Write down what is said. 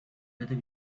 whether